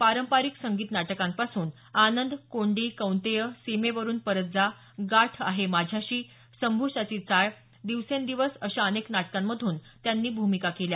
पारंपरिक संगीत नाटकांपासून आनंद कोंडी कौंतेय सीमेवरून परत जा गाठ आहे माझ्याशी संभूसाची चाळ दिवसेंदिवस अशा अनेक नाटकांमधून त्यांनी भूमिका केल्या